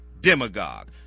demagogue